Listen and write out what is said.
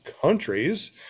countries